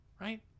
right